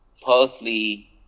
parsley